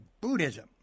Buddhism